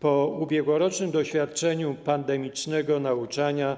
Po ubiegłorocznym doświadczeniu pandemicznego nauczania